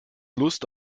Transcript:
lust